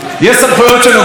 אתה יודע,